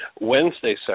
Wednesday